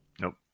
nope